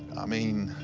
i mean,